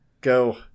go